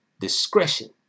discretion